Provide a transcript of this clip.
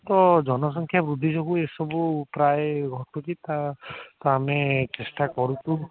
ତ ଜନସଂଖ୍ୟା ବୃଦ୍ଧି ଯୋଗୁଁ ଏସବୁ ପ୍ରାୟ ଘଟୁଛି ତା ତ ଆମେ ଚେଷ୍ଟା କରୁଛୁ